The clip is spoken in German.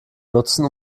nutzen